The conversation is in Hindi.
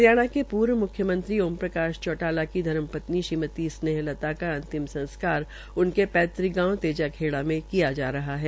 हरियाणा के पूर्व मुख्यमंत्री ओम प्रकाश चोटाला की धर्मपत्नी श्रीमती स्नेहलता का अंतिम संस्कार उनके पैतृक गांव तेजाखेड़ा में किया जा रहा है